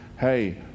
Hey